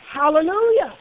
Hallelujah